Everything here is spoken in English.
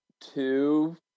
two